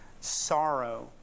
sorrow